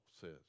says